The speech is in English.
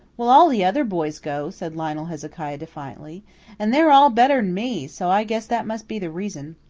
well, all the other boys go, said lionel hezekiah defiantly and they're all better'n me so i guess that must be the reason.